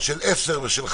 של 10,000 ושל 5,000,